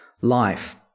life